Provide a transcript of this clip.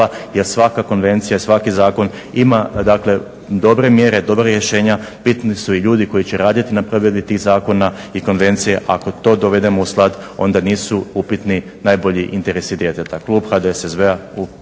jer svaka konvencija, svaki zakon ima dobre mjere, dobra rješenja. Bitni su i ljudi koji će raditi na provedbi tih zakona i konvencije, a ako to dovedemo u sklad onda nisu upitni najbolji interesi djeteta. Klub HDSSB-a u